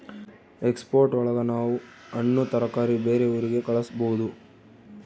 export ಒಳಗ ನಾವ್ ಹಣ್ಣು ತರಕಾರಿ ಬೇರೆ ಊರಿಗೆ ಕಳಸ್ಬೋದು